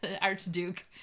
archduke